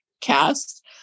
cast